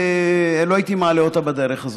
לא הייתי מעלה אותה בדרך הזאת.